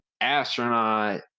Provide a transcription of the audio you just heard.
astronaut